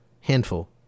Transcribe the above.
Handful